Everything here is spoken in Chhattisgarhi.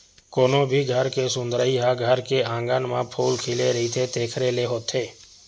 कोनो भी घर के सुंदरई ह घर के अँगना म फूल खिले रहिथे तेखरे ले होथे